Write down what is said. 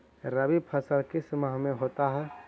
रवि फसल किस माह में होता है?